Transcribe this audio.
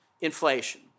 inflation